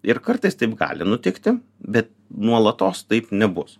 ir kartais taip gali nutikti bet nuolatos taip nebus